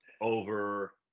over